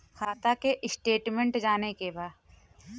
खाता के स्टेटमेंट जाने के बा?